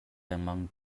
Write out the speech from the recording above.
lengmang